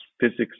physics